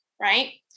right